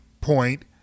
point